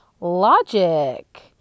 Logic